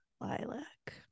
Lilac